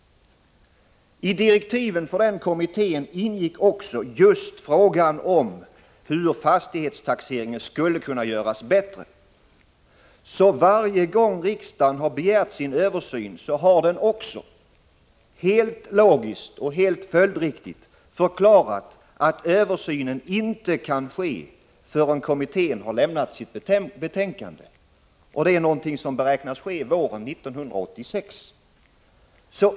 I direktiven ingick också just uppdraget att undersöka hur fastighetstaxeringen skulle kunna göras bättre. Varje gång riksdagen har begärt en översyn har den också — helt logiskt och helt följdriktigt — förklarat att översynen inte kan ske förän kommittén har lämnat sitt betänkande, något som beräknas äga rum våren 1986.